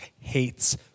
hates